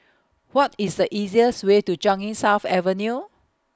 What IS The easiest Way to Changi South Avenue